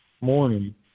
morning